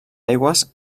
aigües